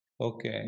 Okay